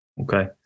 Okay